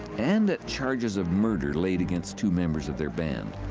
and at charges of murder laid against two members of their band.